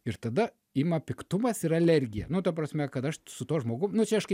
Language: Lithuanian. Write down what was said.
ir tada ima piktumas ir alergija nu ta prasme kad aš su tuo žmogum nu čia aš kaip